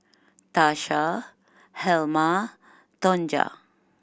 Tasha Helma Tonja